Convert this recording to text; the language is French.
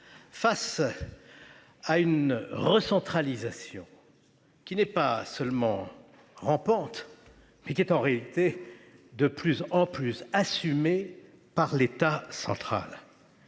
face à une recentralisation, qui n'est pas seulement rampante, puisqu'elle est, en réalité, de plus en plus assumée par l'État central